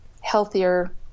healthier